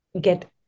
get